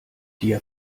dir